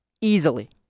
easily